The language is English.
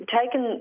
taken